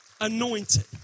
anointed